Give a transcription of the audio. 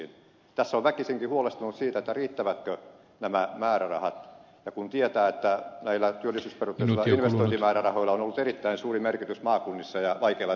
tässä on väkisinkin huolestunut siitä riittävätkö nämä määrärahat kun tietää että näillä työllisyysperusteisilla investointimäärärahoilla on ollut erittäin suuri merkitys maakunnissa ja vaikeilla työllisyysalueilla